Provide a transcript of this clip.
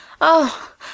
Oh